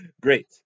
Great